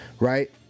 Right